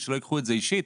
אז שלא ייקחו את זה אישית,